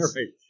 Right